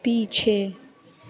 पीछे